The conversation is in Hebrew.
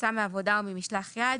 "הכנסה מעבודה או ממשלח יד",